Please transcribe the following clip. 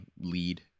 lead